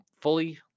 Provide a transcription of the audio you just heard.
fully